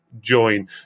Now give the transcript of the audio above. Join